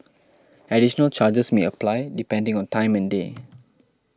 additional charges may apply depending on time and day